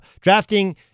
drafting